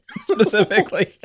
specifically